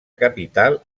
capital